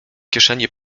kieszeni